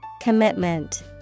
commitment